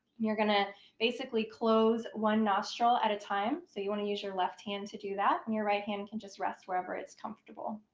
you're going to basically close one nostril at a time. so you want to use your left hand to do that, and your right hand can just rest wherever it's comfortable.